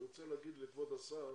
אני רוצה להגיד לכבוד השר